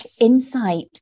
insight